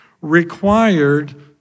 required